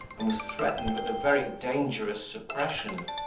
and was threatened with a very dangerous suppression.